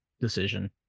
decision